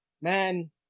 man